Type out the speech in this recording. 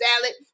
salad